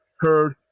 heard